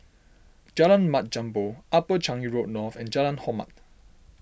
Jalan Mat Jambol Upper Changi Road North and Jalan Hormat